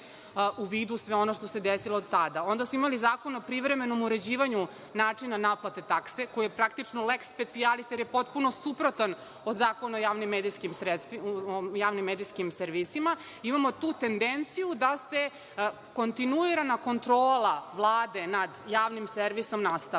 u vidu sve ono što se desilo od tada, onda smo imali Zakon o privremenom uređivanju načina naplate takse, koji je praktično legis specialis, jer je potpuno suprotan od Zakona o javnim medijskim servisima. Imamo tu tendenciju da se kontinuirana kontrola Vlade nad Javnim servisom nastavlja.